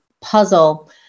puzzle